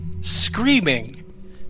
screaming